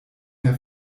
mehr